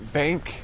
bank